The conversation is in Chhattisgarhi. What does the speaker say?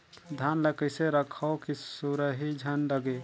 धान ल कइसे रखव कि सुरही झन लगे?